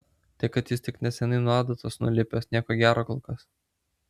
tai kad jis tik neseniai nuo adatos nulipęs nieko gero kol kas